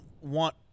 want